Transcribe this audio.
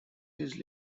his